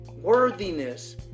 worthiness